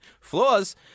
Flaws